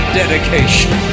dedication